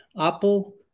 apple